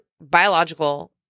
biological